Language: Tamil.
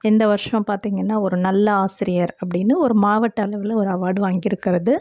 இந்த வருஷம் பார்த்தீங்கன்னா ஒரு நல்ல ஆசிரியர் அப்படின்னு ஒரு மாவட்ட அளவில் ஒரு அவார்டு வாங்கிருக்கிறது